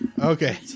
Okay